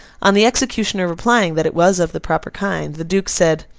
on the executioner replying that it was of the proper kind, the duke said,